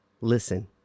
Listen